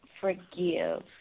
forgive